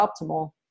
optimal